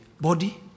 body